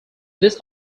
this